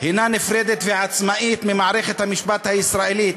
היא נפרדת ועצמאית ממערכת המשפט הישראלית,